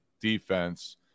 defense –